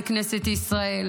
בכנסת ישראל,